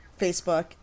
Facebook